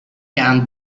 can